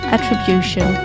Attribution